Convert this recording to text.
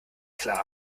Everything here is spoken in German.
klar